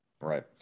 Right